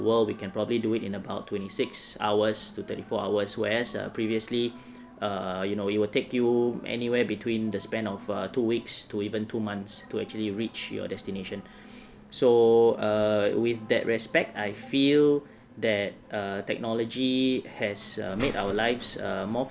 world we can probably do it in about twenty six hours to thirty four hours whereas uh previously err you know you will take you anywhere between the span of uh two weeks to even two months to actually reach your destination so err with that respect I feel that err technology has err made our lives err more